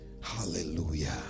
Hallelujah